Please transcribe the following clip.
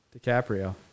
DiCaprio